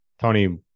Tony